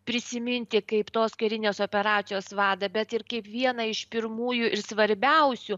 prisiminti kaip tos karinės operacijos vadą bet ir kaip vieną iš pirmųjų ir svarbiausių